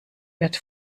wird